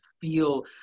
feel